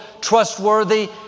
trustworthy